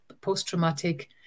post-traumatic